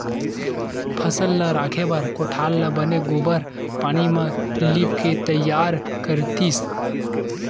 फसल ल राखे बर कोठार ल बने गोबार पानी म लिपके तइयार करतिस